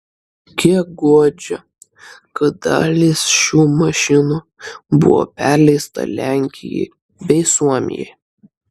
kiek guodžia kad dalis šių mašinų buvo perleista lenkijai bei suomijai